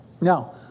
Now